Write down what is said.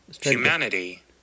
Humanity